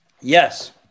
Yes